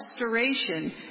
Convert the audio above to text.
restoration